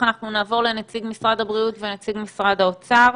אנחנו נעבור לנציג משרד הבריאות ונציג משרד האוצר.